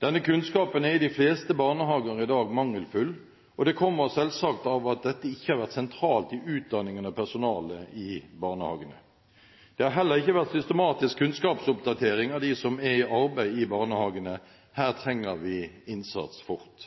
Denne kunnskapen er i de fleste barnehager i dag mangelfull, og det kommer selvsagt av at dette ikke har vært sentralt i utdanningen av personalet i barnehagene. Det har heller ikke vært systematisk kunnskapsoppdatering av dem som er i arbeid i barnehagene. Her trenger vi innsats fort!